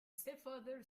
stepfather